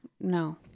no